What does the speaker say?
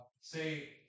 say